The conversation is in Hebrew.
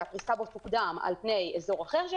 שהפריסה בו תוקדם על פני אזור אחר.